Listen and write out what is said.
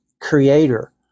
creator